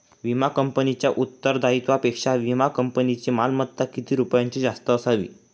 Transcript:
विमा कंपनीच्या उत्तरदायित्वापेक्षा विमा कंपनीची मालमत्ता किती रुपयांनी जास्त असावी?